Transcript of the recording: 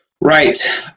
Right